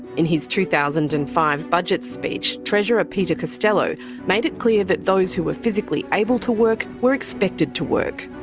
in his two thousand and five budget speech, treasurer peter costello made it clear that those who were physically able to work, were expected to work.